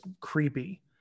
creepy